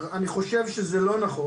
אני חושב שזה לא נכון.